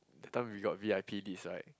that time we got V_I_P leads right